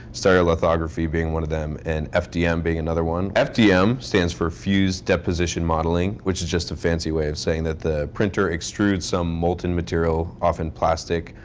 stereolithography being one of them and fdm being another one. fdm stands for fused deposition modeling, which is just a fancy way of saying that the printer extrudes some molten material, often plastic,